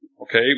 Okay